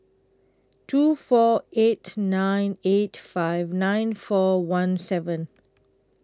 two four eight nine eight five nine four one seven